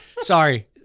Sorry